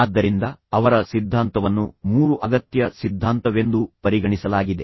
ಆದ್ದರಿಂದ ಅವರ ಸಿದ್ಧಾಂತವನ್ನು ಮೂರು ಅಗತ್ಯ ಸಿದ್ಧಾಂತವೆಂದು ಪರಿಗಣಿಸಲಾಗಿದೆ